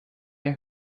der